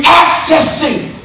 accessing